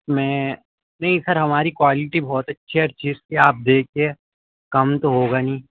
میں نہیں سر ہماری کوالیٹی بہت اچھی ہے ہر چیز کی آپ دیکھیے کم تو ہوگا نہیں